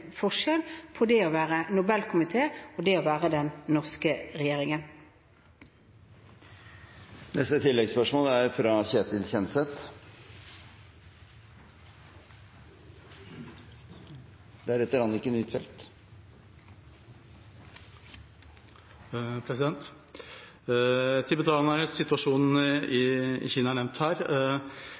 forskjell på det å være Nobel-komité og det å være den norske regjeringen. Ketil Kjenseth – til oppfølgingsspørsmål. Tibetanernes situasjon i Kina er nevnt her.